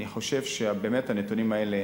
אני חושב שהנתונים האלה